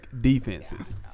defenses